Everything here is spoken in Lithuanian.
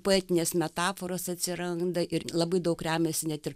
poetinės metaforos atsiranda ir labai daug remiasi net ir